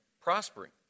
Prospering